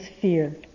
fear